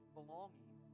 belonging